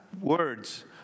words